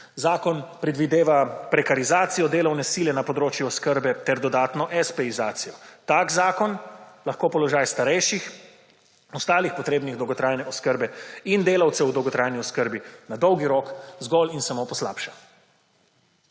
Zakon predvideva prekarizacije delovne sile na področju oskrbe ter dodatno »espeizacijo«. Tak zakon lahko položaj starejših, ostalih potrebnih dolgotrajne oskrbe in delavcev v dolgotrajni oskrbi, na dolgi rok, zgolj in samo poslabša.